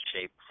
shape